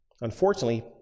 unfortunately